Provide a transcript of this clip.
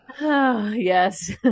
Yes